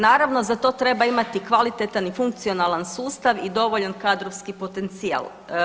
Naravno za to treba imati kvalitetan i funkcionalan sustav i dovoljan kadrovski potencijal.